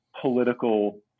political